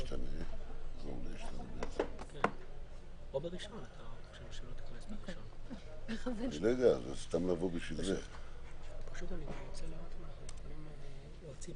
ולוודא שכולנו מסכימים על